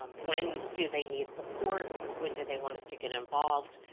um when do they need support? when do they want us to get involved?